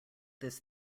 this